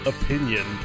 opinion